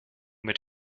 mit